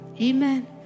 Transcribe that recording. Amen